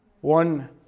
One